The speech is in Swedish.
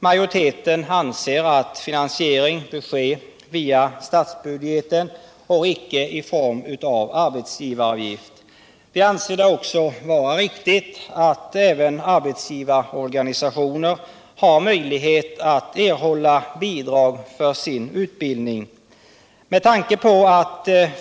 Majoriteten anser att finansieringen bör ske via statsbudgeten, inte via arbetsgivaravgifter. Vidare anser vi det vara riktigt att också arbetsgivarorganisationerna får möjlighet att erhålla bidrag för sin utbildning.